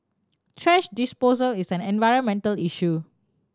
thrash disposal is an environmental issue